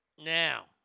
Now